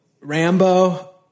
Rambo